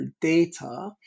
data